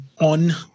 on